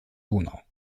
donau